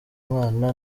mwana